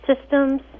systems